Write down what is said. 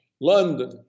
London